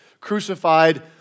crucified